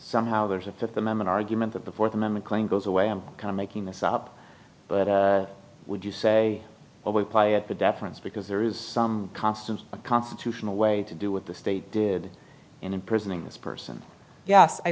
somehow there's a fifth amendment argument that the fourth amendment claim goes away i'm kind of making this up but would you say well we apply it to deference because there is some constants a constitutional way to do with the state did in imprisoning this person yes i